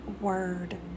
word